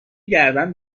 گردن